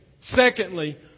secondly